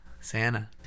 Santa